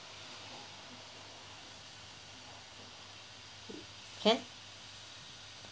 can